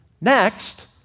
Next